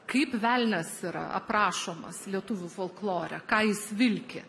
kaip velnias yra aprašomas lietuvių folklore ką jis vilki